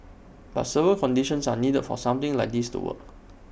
but several conditions are needed for something like this to work